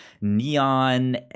neon